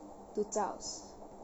to zhaos